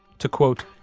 to, quote,